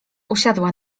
usiadła